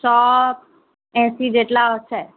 સો એંસી જેટલાં હશે